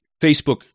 Facebook